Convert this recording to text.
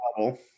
level